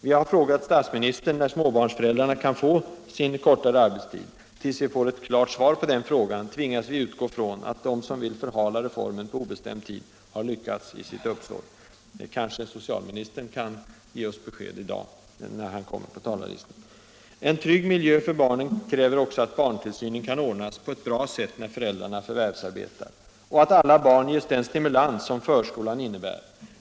Vi har frågat statsministern när småbarnsföräldrarna kan få sin kortare arbetstid. Tills vi får ett klart svar på den frågan tvingas vi utgå från att de som vill förhala reformen på obestämd tid har lyckats i sitt uppsåt. Det kanske socialministern kan ge oss besked om i dag när han kommer i tur på talarlistan. En trygg miljö för barnen kräver också att barntillsynen kan ordnas på ett bra sätt när föräldrarna förvärvsarbetar och att alla barn ges den stimulans som förskolan innebär.